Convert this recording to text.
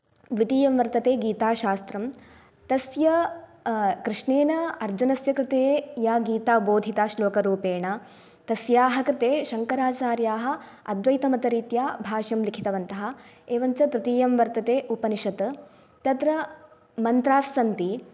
द्वितीयं वर्तते गीताशास्त्रं तस्य कृष्णेन अर्जुनस्य कृते या गीता बोधिता श्लोकरूपेण तस्याः कृते शङ्कराचार्याः अद्वैतमतरीत्या भाष्यं लिखितवन्तः एवं तृतीयं वर्तते उपनिषत् तत्र मन्त्रास्सन्ति